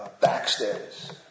Backstairs